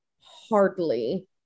hardly